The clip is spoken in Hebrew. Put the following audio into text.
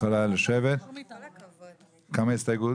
כמה הסתייגויות?